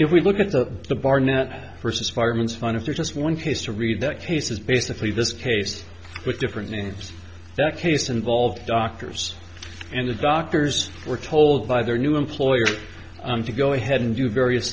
if we look at the the barnett versus fireman's fund if there's just one case to read the case is basically this case with different names that case involved doctors and the doctors were told by their new employer to go ahead and do various